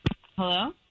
Hello